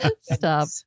Stop